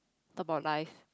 about life